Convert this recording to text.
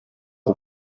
aux